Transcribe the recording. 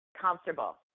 comfortable